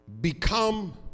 become